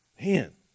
man